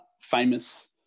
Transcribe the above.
famous